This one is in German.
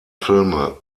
filme